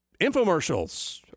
infomercials